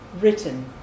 written